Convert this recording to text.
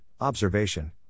observation